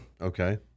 Okay